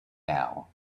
now